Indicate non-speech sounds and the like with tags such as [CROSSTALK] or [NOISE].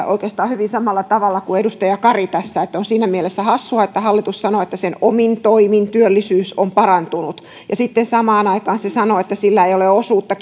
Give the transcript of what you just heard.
[UNINTELLIGIBLE] oikeastaan hyvin samalla tavalla kuin edustaja kari että on siinä mielessä hassua että hallitus sanoo että sen omin toimin työllisyys on parantunut ja sitten samaan aikaan se sanoo että sillä ei ole osuutta [UNINTELLIGIBLE]